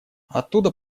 оттуда